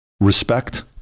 respect